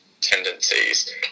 tendencies